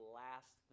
last